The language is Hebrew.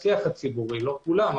לא כולם,